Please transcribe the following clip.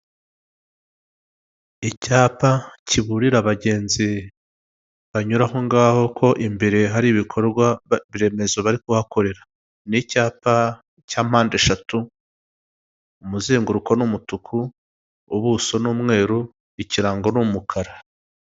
Icyapa kiburira abagenzi banyura aho ngaho ko imbere hari ibikorwa remezo bari kuhakorera. Ni icyapa cya mpande eshatu, umuzenguruko ni umutuku, ubuso ni umweru, ikirango ni umukara.